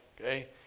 okay